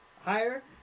higher